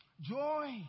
joy